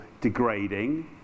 degrading